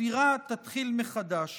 הספירה תתחיל מחדש.